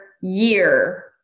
year